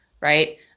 right